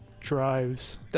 drives